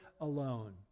alone